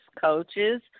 coaches